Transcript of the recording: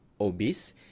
obese